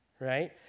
right